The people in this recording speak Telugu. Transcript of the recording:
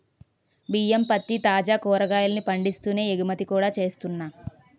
బియ్యం, పత్తి, తాజా కాయగూరల్ని పండిస్తూనే ఎగుమతి కూడా చేస్తున్నా